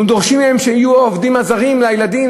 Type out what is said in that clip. אנחנו דורשים מהם שיהיו העובדים הזרים של הילדים,